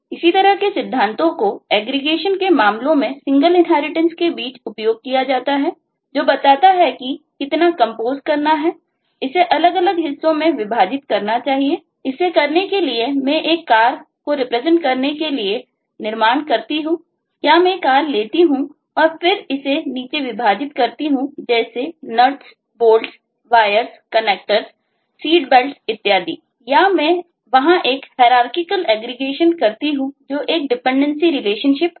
इसी तरह के सिद्धांतों को एग्रीगेशन है